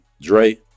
Dre